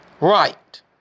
Right